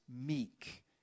meek